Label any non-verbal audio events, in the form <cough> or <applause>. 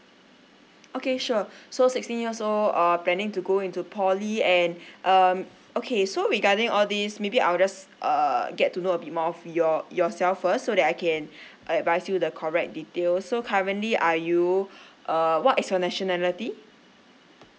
okay sure <breath> so sixteen years old err planning to go into poly and <breath> um okay so regarding all these maybe I'll just err get to know a bit more of your yourself first so that I can <breath> advise you the correct details so currently are you <breath> uh what is your nationality